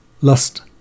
lust